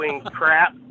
crap